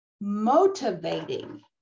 Motivating